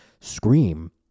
scream